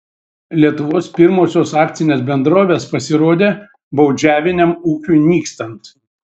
lietuvos pirmosios akcinės bendrovės pasirodė baudžiaviniam ūkiui nykstant